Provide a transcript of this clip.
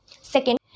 Second